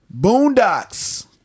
boondocks